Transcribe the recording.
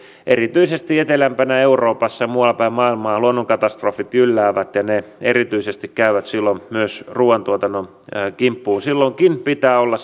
erityisesti etelämpänä euroopassa ja muualla päin maailmaa luonnonkatastrofit jylläävät ja ne erityisesti käyvät silloin myös ruuantuotannon kimppuun silloinkin pitää olla